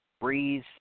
Breeze